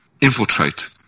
infiltrate